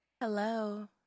Hello